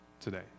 today